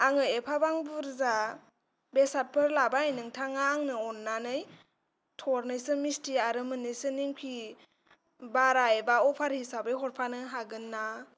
आङो एफाबां बुरजा बेसादफोर लाबाय नोंथाङा आंनो अन्नानै थरनैसो मिस्टि आरो मोननैसो नेमखि बारा एबा अफार हिसाबै हरफानो हागोन ना